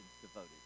devoted